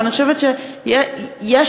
אבל אני חושבת שיש מקום,